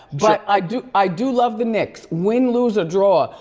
but i do i do love the knicks, win, lose or draw,